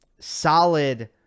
solid